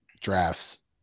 drafts